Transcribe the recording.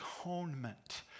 atonement